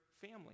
family